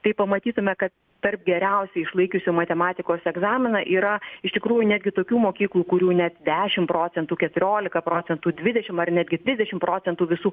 tai pamatytume kad tarp geriausiai išlaikiusių matematikos egzaminą yra iš tikrųjų netgi tokių mokyklų kurių net dešimt procentų keturiolika procentų dvidešimt ar netgi trisdešimt procentų visų